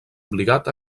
obligat